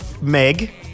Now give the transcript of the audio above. Meg